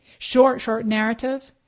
short short narrative.